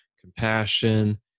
compassion